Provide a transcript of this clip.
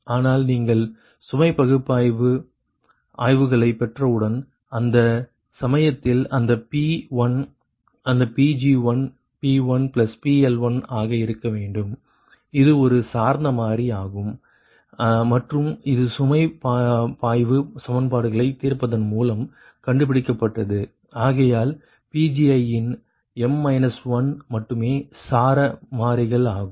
ஆனால் நீங்கள் சுமை பாய்வு ஆய்வுகளை பெற்றவுடன் அந்த சமயத்தில் அந்த P1 அந்த Pg1 P1PL1 ஆக இருக்க வேண்டும் இது ஒரு சார்ந்த மாறி ஆகும் மற்றும் இது சுமை பாய்வு சமன்பாடுகளை தீர்ப்பதன் மூலம் கண்டுபிடிக்கப்பட்டது ஆகையால் Pgi யின் மட்டுமே சாரா மாறிகள் ஆகும்